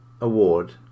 award